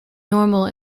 normal